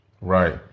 Right